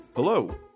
Hello